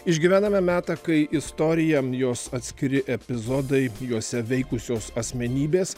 išgyvename metą kai istorija jos atskiri epizodai juose veikusios asmenybės